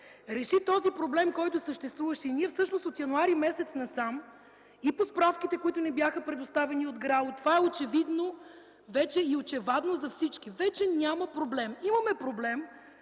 реши този проблем, който съществуваше. Всъщност от м. януари насам и по справките, които ни бяха предоставени от ГРАО, това е очевидно и очевадно за всички – вече няма проблем. Имаме проблем